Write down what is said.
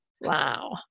wow